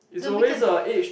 no matter if